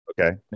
okay